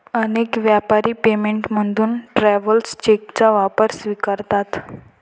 अनेक व्यापारी पेमेंट म्हणून ट्रॅव्हलर्स चेकचा वापर स्वीकारतात